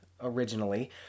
originally